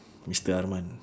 mister arman